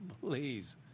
Please